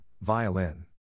Violin